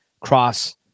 cross